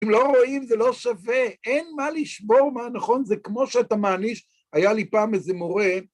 אם לא רואים זה לא שווה, אין מה לשבור מה נכון זה, כמו שאתה מעניש, היה לי פעם איזה מורה